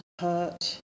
hurt